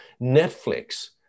Netflix